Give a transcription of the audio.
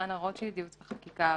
דנה רוטשילד, ייעוץ וחקיקה פלילי,